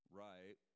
right